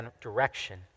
direction